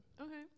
Okay